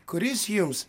kuris jums